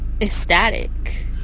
ecstatic